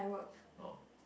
oh